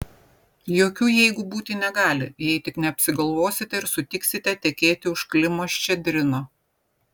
jokių jeigu būti negali jei tik neapsigalvosite ir sutiksite tekėti už klimo ščedrino